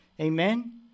Amen